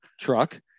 truck